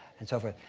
and so forth?